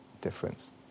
difference